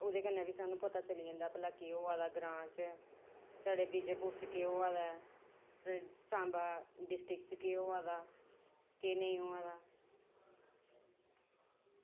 ते ओह्दे कन्नै बी स्हानू पता चली जांदा कि भला केह् होआ दा ग्रांऽ च साढ़े निजयपुर च केह् होआ दा ऐ सांबा डिस्ट्रिक्ट च केह् होआ दा ऐ केह् नेईं होआ दा